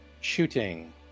shooting